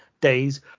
days